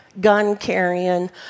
gun-carrying